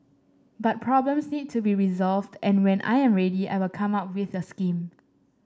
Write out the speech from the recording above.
but problems need to be resolved and when I am ready I will come out with the scheme